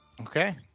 Okay